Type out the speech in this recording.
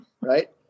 Right